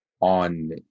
on